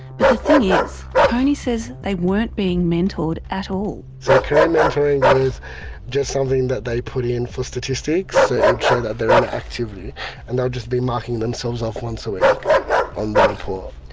but the thing is, tony says they weren't being mentored at all. so career mentoring was just something that they put in for statistics so it would show that they're in an activity and they'll just be marking themselves off once a week on the report.